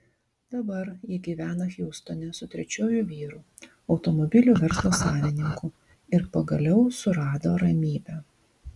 dabar ji gyvena hjustone su trečiuoju vyru automobilių verslo savininku ir pagaliau surado ramybę